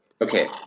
Okay